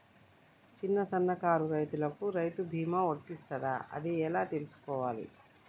చిన్న సన్నకారు రైతులకు రైతు బీమా వర్తిస్తదా అది ఎలా తెలుసుకోవాలి?